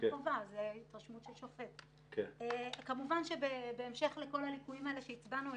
זאת התרשמות של השופט כמובן שבהמשך לכל הליקויים האלה עליהם הצבענו,